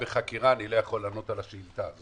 בחקירה אני לא יכול לענות על השאילתה הזאת.